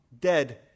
dead